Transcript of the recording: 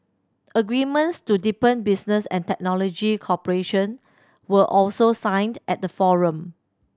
agreements to deepen business and technology cooperation were also signed at the forum